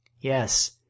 Yes